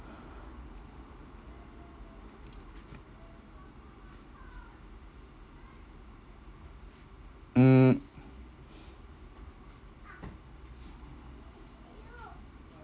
mm